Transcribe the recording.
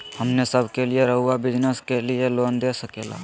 हमने सब के लिए रहुआ बिजनेस के लिए लोन दे सके ला?